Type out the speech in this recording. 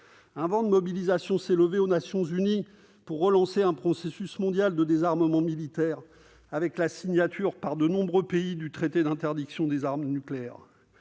Un vent de mobilisation s'est levé aux Nations unies pour relancer un processus mondial de désarmement militaire, avec la signature par de nombreux pays du traité sur l'interdiction des armes nucléaires